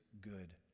good